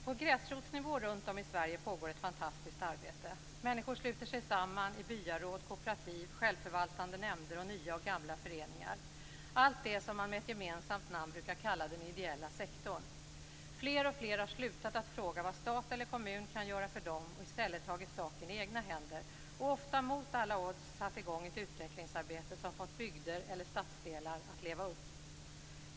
På gräsrotsnivå runt om i Sverige pågår ett fantastiskt arbete. Människor sluter sig samman i byaråd, kooperativ, självförvaltande nämnder och nya och gamla föreningar. Allt det som man med ett gemensamt namn brukar kalla den ideella sektorn. Fler och fler har slutat fråga vad stat eller kommun kan göra för dem och i stället tagit saken i egna händer och ofta mot alla odds satt i gång ett utvecklingsarbete som fått bygder eller stadsdelar att leva upp.